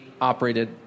operated